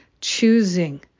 choosing